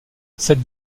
cette